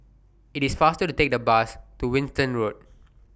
IT IS faster to Take The Bus to Winstedt Road